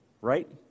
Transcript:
right